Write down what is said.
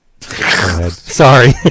Sorry